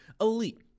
elite